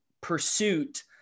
pursuit